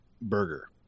Burger